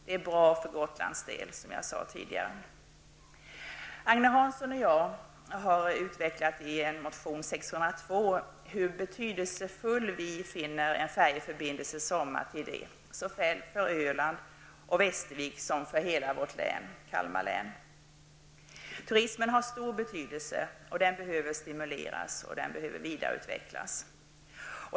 Det är bra för Gotland, som jag sade tidigare. Agne Hansson och jag har i en motion, nr 602, utvecklat hur betydelsefull en färjeförbindelse sommartid är såväl för Öland och Västervik som för hela Kalmar län. Turismen har stor betydelse, och den behöver stimuleras och vidareutvecklas.